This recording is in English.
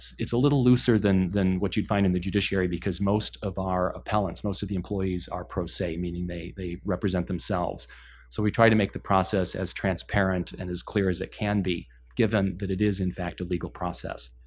it's a little looser than than what you'd find in the judiciary because most of our appellants, most of the employees are pro se, meaning they they represent themselves. so we try to make the process as transparent and as clear as it can be given that it is, in fact, a legal process.